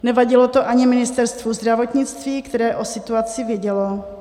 Nevadilo to ani Ministerstvu zdravotnictví, které o situaci vědělo.